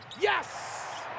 yes